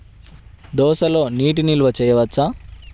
దోసలో నీటి నిల్వ చేయవచ్చా?